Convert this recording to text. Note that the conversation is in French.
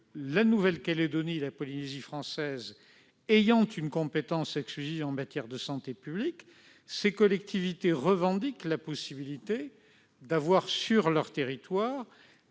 La Nouvelle-Calédonie et la Polynésie française, ayant une compétence exclusive en matière de santé publique, revendiquent la possibilité de prendre, sur leur territoire,